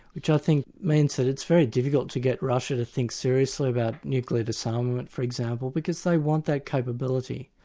which i think means that it's very difficult to get russia to think seriously about nuclear disarmament for example, because they want that capability.